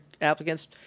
applicants